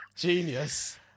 Genius